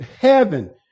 heaven